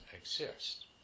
exist